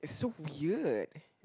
so weird